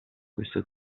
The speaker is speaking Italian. questo